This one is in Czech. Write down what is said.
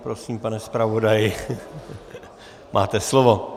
Prosím, pane zpravodaji, máte slovo.